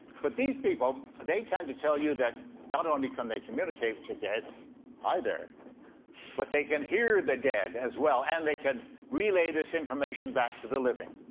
but these people, they tend to tell you that not only can they communicate with the dead hi, there but they can hear the dead as well, and they can relay this information back to the living.